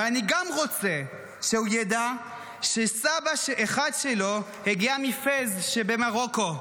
אבל אני גם רוצה שהוא ידע שסבא אחד שלו הגיע מפאס שבמרוקו,